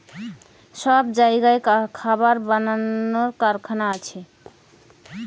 সব জাগায় খাবার বানাবার কারখানা আছে